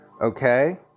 okay